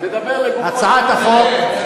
תדבר לגופו של עניין.